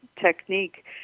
technique